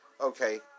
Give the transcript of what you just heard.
okay